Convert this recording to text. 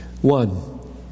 One